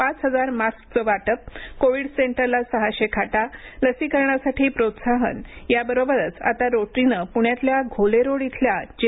पाच हजार मास्कचं वाटप कोविड सेंटरला सहाशे खाटा लसीकरणासाठी प्रोत्साहन याबरोबरच आता रोटरीनं पुण्यातल्या घोले रोड इथल्या जे